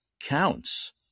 counts